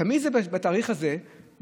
תמיד זה בתאריך הזה בשנה.